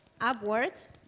upwards